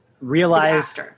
realize